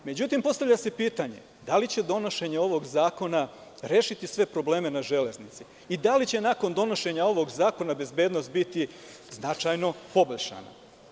Međutim, postavlja se pitanje da li će donošenje ovog zakona rešiti sve probleme na železnici i da li će nakon donošenja ovog zakona bezbednost biti značajno poboljšana.